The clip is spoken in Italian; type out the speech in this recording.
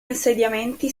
insediamenti